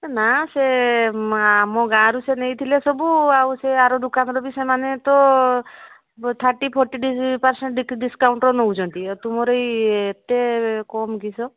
ନା ସେ ମ ଆମ ଗାଁରୁ ସେ ନେଇଥିଲେ ସବୁ ଆଉ ସେ ଆର ଦୋକାନରେ ବି ସେମାନେ ତ ଥାର୍ଟି ଫୋର୍ଟି ପରସେଣ୍ଟ ଡିସକାଉଣ୍ଟର ନେଉଛନ୍ତି ତୁମର ଏଇ ଏତେ କମ କିସ